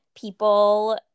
people